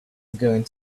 going